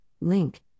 Link